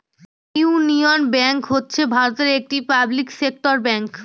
union Bank হচ্ছে ভারতের একটি পাবলিক সেক্টর ব্যাঙ্ক